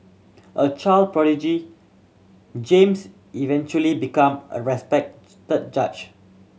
a child prodigy James eventually become a respected judge